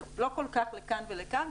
זה לא כל כך לכאן ולכאן,